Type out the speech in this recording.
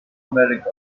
america